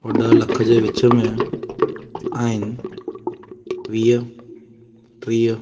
उहो ॾह लख जे विच में आहिनि वीह टीह